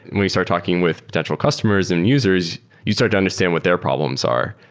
and when you start talking with potential customers and users, you'd start to understand what their problems are.